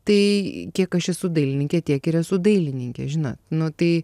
tai kiek aš esu dailininkė tiek ir esu dailininkė žinot nu tai